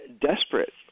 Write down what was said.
desperate